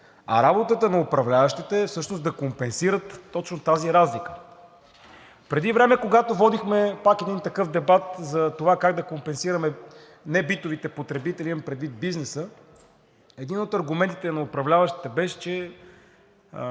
а работата на управляващите е всъщност да компенсират точно тази разлика. Преди време, когато водихме пак един такъв дебат за това как да компенсираме небитовите потребители, имам предвид бизнеса, един от аргументите на управляващите беше, че